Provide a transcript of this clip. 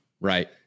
right